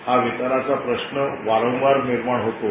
हा विकाराचा प्रश्न वारंवार निर्माण होतो